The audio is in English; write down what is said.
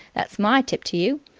that's my tip to you.